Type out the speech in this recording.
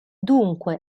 dunque